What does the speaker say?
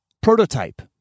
Prototype